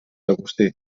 agustí